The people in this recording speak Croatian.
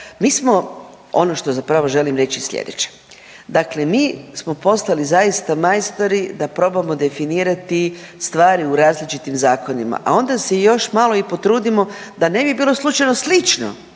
mi smo, ono što zapravo želim reći je slijedeće. Dakle mi smo postali zaista majstori da probamo definirati stvari u različitim zakonima, a onda se još malo i potrudimo da ne bi bilo slučajno slično